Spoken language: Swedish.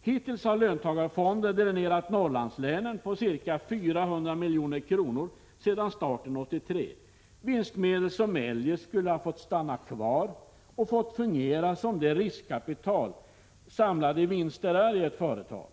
Hittills har löntagarfonder dränerat Norrlandslänen på ca 400 milj.kr. sedan starten 1983 — vinstmedel som eljest skulle ha fått stanna kvar och fått fungera som det riskkapital samlade vinster är i ett företag.